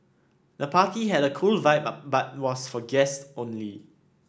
the party had a cool vibe but was for guests only